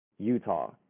utah